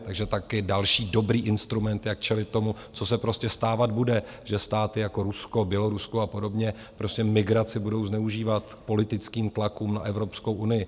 Takže také další dobrý instrument, jak čelit tomu, co se prostě stávat bude, že státy jako Rusko, Bělorusko a podobně migraci budou zneužívat k politickým tlakům na Evropskou unii.